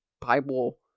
Bible